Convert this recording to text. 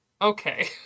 Okay